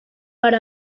per